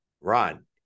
Ron